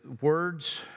words